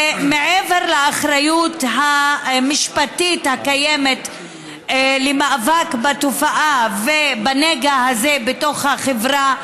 ומעבר לאחריות המשפטית הקיימת למאבק בתופעה ובנגע הזה בתוך החברה,